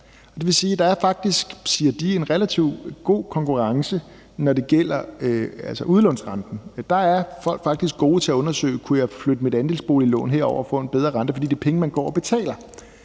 er, siger de, end relativt god konkurrence, når det gælder udlånsrenten. Der er folk faktisk gode til at undersøge, om man kunne flytte sit andelsboliglån og få en bedre rente, fordi det er penge, man går og betaler.